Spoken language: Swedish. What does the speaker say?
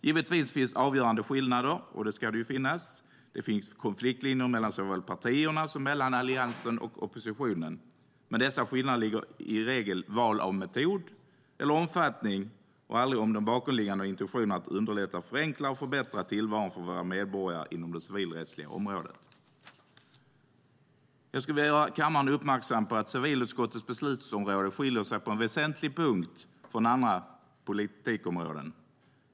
Givetvis finns avgörande skillnader, och det ska det göra. Det finns konfliktlinjer såväl mellan partierna som mellan Alliansen och oppositionen. Men dessa skillnader ligger i regel i val av metod eller omfattning och handlar aldrig om de bakomliggande intentionerna att underlätta, förenkla och förbättra tillvaron för våra medborgare inom det civilrättsliga området. Jag skulle vilja göra kammaren uppmärksam på att civilutskottets beslutsområde skiljer sig på en väsentlig punkt från andra politikområden.